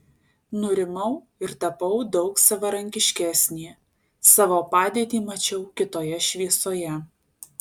nurimau ir tapau daug savarankiškesnė savo padėtį mačiau kitoje šviesoje